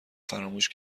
فراموش